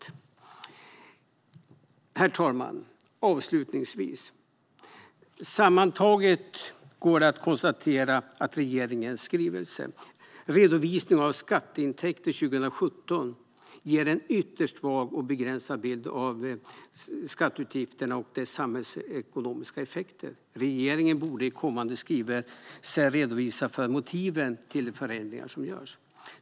Herr talman! Sammantaget går det att konstatera att regeringens skrivelse Redovisning av skatteutgifter 2017 ger en ytterst vag och begränsad bild av skatteutgifterna och deras samhällsekonomiska effekter. Regeringen borde i kommande skrivelser redovisa motiven till de förändringar som görs.